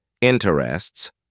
interests